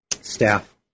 Staff